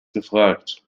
gefragt